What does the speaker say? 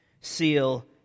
seal